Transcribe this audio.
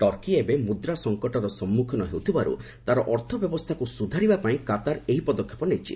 Turkey ଏବେ ମୁଦ୍ରା ସଙ୍କଟର ସମ୍ମୁଖୀନ ହେଉଥିବାରୁ ତା'ର ଅର୍ଥବ୍ୟବସ୍ଥାକୁ ସୁଧାରିବା ପାଇଁ କାତାର ଏହି ପଦକ୍ଷେପ ନେଇଛି